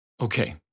Okay